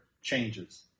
changes